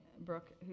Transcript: Brooke